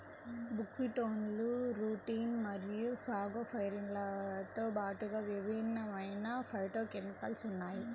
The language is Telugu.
బుక్వీట్లో రుటిన్ మరియు ఫాగోపైరిన్లతో పాటుగా విభిన్నమైన ఫైటోకెమికల్స్ ఉన్నాయి